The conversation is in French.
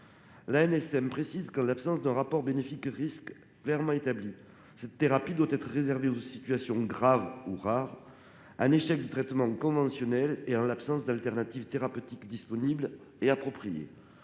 (ANSM) précise qu'en l'absence d'un rapport bénéfice-risque clairement établi cette thérapie doit être réservée aux situations graves ou rares, en échec de traitement conventionnel et en l'absence d'alternative thérapeutique disponible et appropriée.